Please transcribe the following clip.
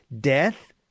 death